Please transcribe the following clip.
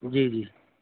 جی جی